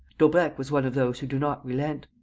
daubrecq was one of those who do not relent.